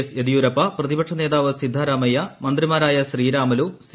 S Yediyurappa പ്രതിപക്ഷ നേതാവ് സിദ്ധരാമയ്യ മന്ത്രിമാരായ ശ്രീരാമലു സി